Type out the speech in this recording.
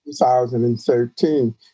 2013